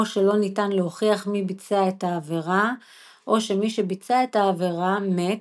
שלא ניתן להוכיח מי ביצע את העבירה או שמי שביצע את העבירה מת,